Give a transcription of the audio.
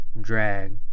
drag